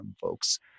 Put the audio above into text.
folks